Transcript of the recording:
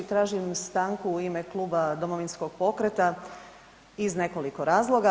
Tražim stanku u ime Kluba Domovinskog pokreta iz nekoliko razloga.